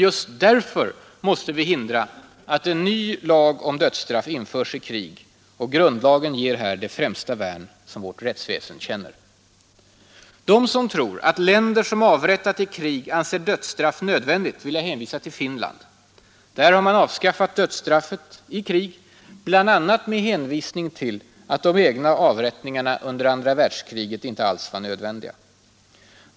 Just därför måste vi hindra att en ny lag om dödsstraff införs i krig, och grundlagen ger här det främsta värn som värt rättsväsen känner. Dem som tror att länder som avrättat i krig anser dödsstraff nödvändigt vill jag hänvisa till Finland. Där har man avskaffat dödsstraffet i krig, bl.a. med hänvisning till att de egna avrättningarna under andra världskriget inte alls var nödvändiga.